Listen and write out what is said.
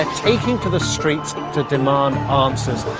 ah taking to the streets to demand answers.